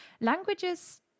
Languages